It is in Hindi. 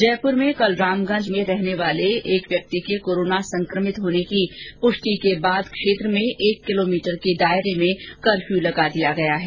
जयपुर में कल रामगंज में रहने वाले व्यक्ति के कोरोना संकमित होने की पुष्टि के बाद क्षेत्र में एक किलोमीटर के दायरे में कर्फ्यू लगा दिया गया है